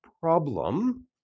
problem